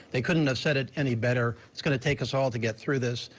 they could not have said it any better. it's going to take us all to get through this.